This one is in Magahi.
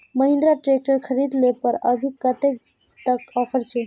महिंद्रा ट्रैक्टर खरीद ले पर अभी कतेक तक ऑफर छे?